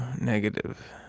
negative